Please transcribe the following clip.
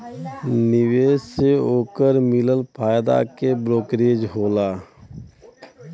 निवेश से ओकर मिलल फायदा के ब्रोकरेज होला